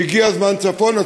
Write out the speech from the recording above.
שהגיע זמן הצפון.